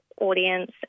audience